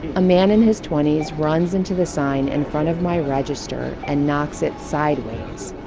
a man in his twenty s runs into the sign in front of my register and knocks it sideways.